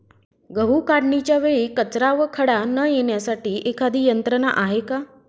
गहू काढणीच्या वेळी कचरा व खडा न येण्यासाठी एखादी यंत्रणा आहे का?